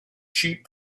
sheep